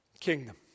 Kingdom